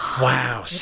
wow